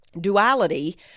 duality